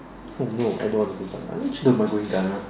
oh no I don't wanna go Ghana nor am I going Ghana